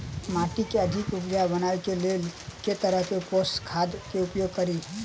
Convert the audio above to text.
माटि केँ अधिक उपजाउ बनाबय केँ लेल केँ तरहक पोसक खाद केँ उपयोग करि?